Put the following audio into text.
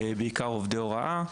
בעיקר עובדי הוראה,